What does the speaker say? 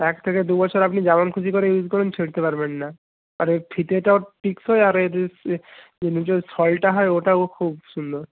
এক থেকে দুবছর আপনি যেমন খুশি করে ইউজ করুন ছিঁড়তে পারবেন না আর এর ফিতেটাও টিকসই আর নিচে সয়েলটা হয় ওটাও খুব সুন্দর